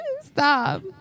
stop